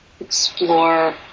explore